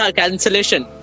cancellation